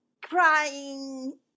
crying